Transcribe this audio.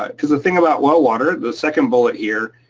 um cause the thing about well water, the second bullet here,